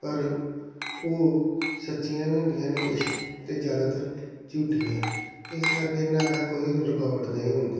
ਪਰ ਉਹ ਸੱਚੀਆਂ ਵੀ ਹੁੰਦੀਆਂ ਨੇ ਕੁਛ ਅਤੇ ਜ਼ਿਆਦਾਤਰ ਝੂਠੀਆਂ ਇਸ ਕਰਕੇ ਇਹਨਾਂ ਦਾ ਕੋਈ ਰਿਕਾਰਡ ਨਹੀਂ ਹੁੰਦਾ